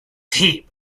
tape